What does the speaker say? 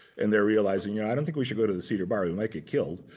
and they're realizing, yeah i don't think we should go to the cedar bar. we might get killed.